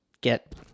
get